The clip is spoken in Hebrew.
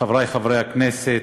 חברי חברי הכנסת,